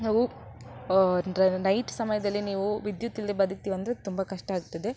ನೀವು ಅಂದರೆ ನೈಟ್ ಸಮಯದಲ್ಲಿ ನೀವು ವಿದ್ಯುತ್ತಿಲ್ಲದೇ ಬದುಕ್ತಿವಿ ಅಂದರೆ ತುಂಬ ಕಷ್ಟ ಆಗ್ತದೆ